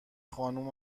خانم